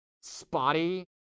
spotty